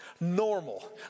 normal